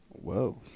Whoa